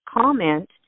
comment